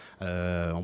on